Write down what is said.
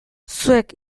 zuek